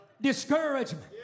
Discouragement